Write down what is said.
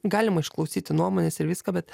galima išklausyti nuomones ir viską bet